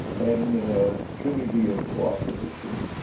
and in a trinity of cooperation.